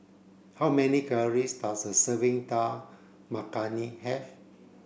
how many calories does a serving Dal Makhani have